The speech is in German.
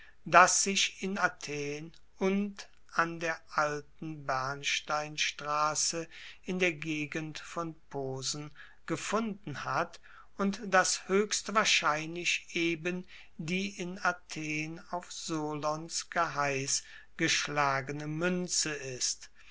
das sich in athen und an der alten bernsteinstrasse in der gegend von posen gefunden hat und das hoechst wahrscheinlich eben die in athen auf solons geheiss geschlagene muenze ist